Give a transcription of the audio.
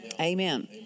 Amen